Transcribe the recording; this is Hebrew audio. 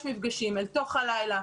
יש מפגשים אל תוך הלילה.